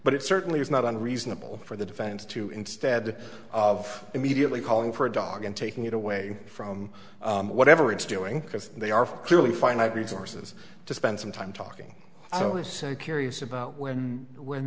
but it certainly is not unreasonable for the defense to instead of immediately calling for a dog and taking it away from whatever it's doing because they are clearly finite resources to spend some time talking i was so curious about when when